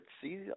see